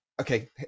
okay